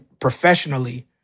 professionally